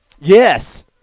Yes